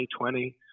2020